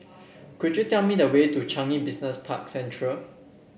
could you tell me the way to Changi Business Park Central